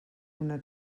una